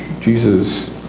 Jesus